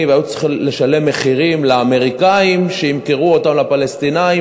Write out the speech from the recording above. והיו צריכים לשלם מחירים לאמריקנים שימכרו אותם לפלסטינים,